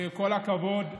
כל הכבוד לשותפיי,